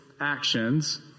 actions